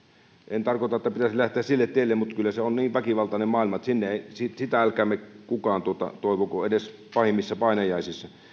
en tarkoita että pitäisi lähteä sille tielle mutta kyllä se on niin väkivaltainen maailma että sitä älkäämme kukaan toivoko edes pahimmissa painajaisissa